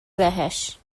بهش